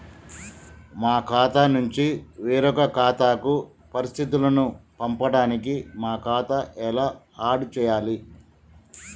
మా ఖాతా నుంచి వేరొక ఖాతాకు పరిస్థితులను పంపడానికి మా ఖాతా ఎలా ఆడ్ చేయాలి?